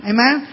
Amen